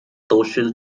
social